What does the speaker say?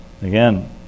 Again